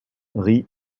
riz